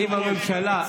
אדוני היושב-ראש,